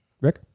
Rick